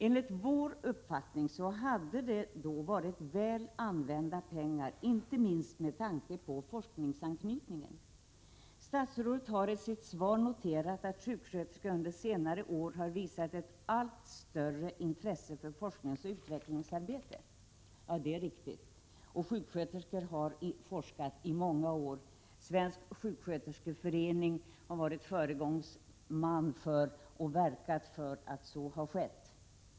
Enligt vår uppfattning hade det då varit ARSA sy väl använda pengar att införa statligt huvudmannaskap, inte minst med tanke ÅSAR 7 Statsrådet har i sitt svar noterat att sjuksköterskor under senare tid har visat ett allt större intresse för forskningsoch utvecklingsarbete. Ja, det är riktigt. Sjuksköterskor har forskat i många år. Svensk sjuksköterskeförening har varit föregångare och verkat för att så skulle ske.